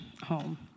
home